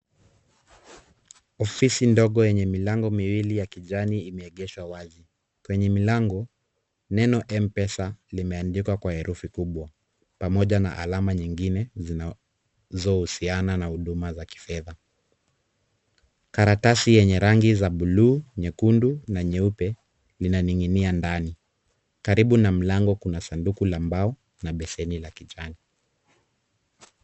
Ofisi ndogo yenye milango miwili ya kijani imeegeshwa wazi. Kwenye milango, neno M-pesa limeandikwa kwa herufi kubwa pamoja na alama nyingine zinazohusiana na huduma za kifedha. Karatasi yenye rangi za bluu, nyekundu na nyeupe vinaning'inia ndani. Karibu na mlango kina sanduku la mbao na beseni la kijani.